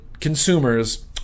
consumers